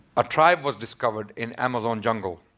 a tribe was discovered in amazon jungle